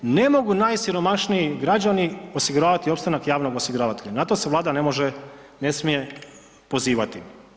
Ne mogu najsiromašniji građani osiguravati opstanak javnog osiguravatelja, na to se Vlada ne može, ne smije pozivati.